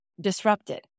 disrupted